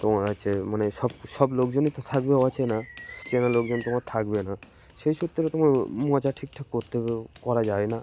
তোমার আছে মানে সব সব লোকজনই তো থাকবেও অচেনা চেনা লোকজন তোমার থাকবে না সেই সূত্রেও তোমার মজা ঠিকঠাক করতেও করা যায় না